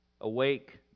Awake